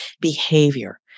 behavior